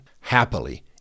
Happily